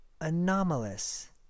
Anomalous